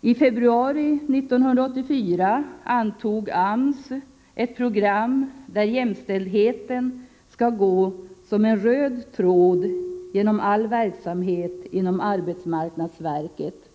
I februari 1984 antog AMS ett program där jämställdheten skall gå ”som en röd tråd” genom all verksamhet inom arbetsmarknadsverket.